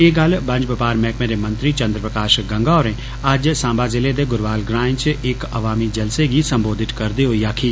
ए गल्ल बंज बपार मैहकमें दे मंत्री चन्द्र प्रकाष गंगा होरें अज्ज साम्बा जिले दे गुरवाल ग्रां च इक अवामी जलसे गी सम्बोधित करदे होई आक्खी